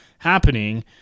happening